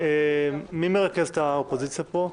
מי מרכז את האופוזיציה פה?